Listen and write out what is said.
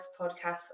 podcasts